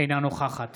אינה נוכחת